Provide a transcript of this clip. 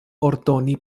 ordoni